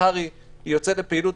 מחר היא יוצאת לפעילות.